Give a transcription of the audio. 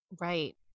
right